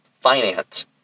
finance